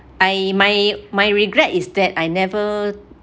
I my my regret is that I never